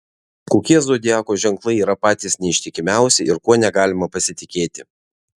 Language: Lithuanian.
kokie zodiako ženklai yra patys neištikimiausi ir kuo negalima pasitikėti